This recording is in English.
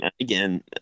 again